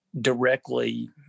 directly